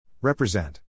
Represent